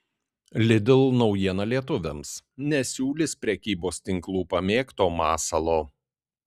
lidl naujiena lietuviams nesiūlys prekybos tinklų pamėgto masalo